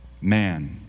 man